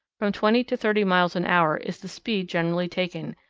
from twenty to thirty miles an hour is the speed generally taken,